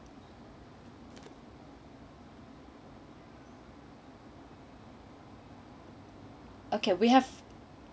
okay we have